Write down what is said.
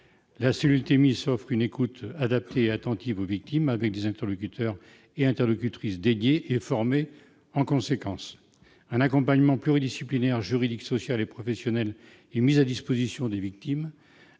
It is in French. La cellule Thémis offre une écoute adaptée et attentive aux victimes, par des interlocuteurs et interlocutrices dédiés et formés en conséquence. Un accompagnement pluridisciplinaire, juridique, social et professionnel est mis à disposition des victimes.